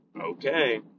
okay